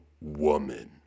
woman